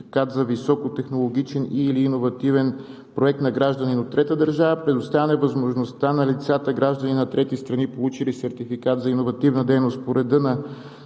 за високотехнологични и/или иновативен проект на граждани от трета държава; предоставяне възможността на лицата, граждани на трети страни получили сертификат за иновативна дейност по реда на